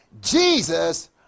jesus